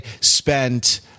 spent